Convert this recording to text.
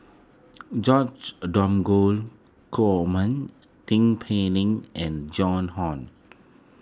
George Dromgold Coleman Tin Pei Ling and Joan Hon